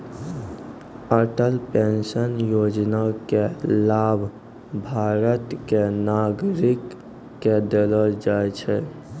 Atal pension Yojana के लाभ भारत के नागरिक क देलो जाय छै